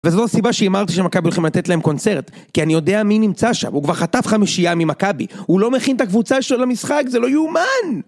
וזו הסיבה שהימרתי שמכבי הולכים לתת להם קונצרט, כי אני יודע מי נמצא שם, הוא כבר חטף חמישייה ממכבי, הוא לא מכין את הקבוצה שלו למשחק, זה לא יאומן!